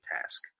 task